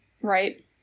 Right